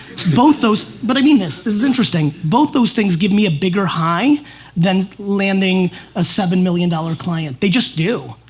both those, but i mean this, this is interesting. both those things give me a bigger high than landing a seven million dollars client, they just do.